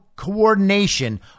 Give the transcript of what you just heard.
coordination